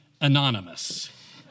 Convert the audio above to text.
Anonymous